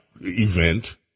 event